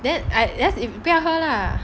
then I just if 不要喝 lah